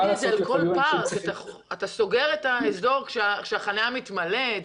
אתה סוגר את האזור כשהחניה מתמלאת.